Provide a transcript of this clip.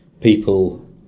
people